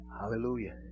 Hallelujah